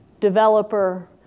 developer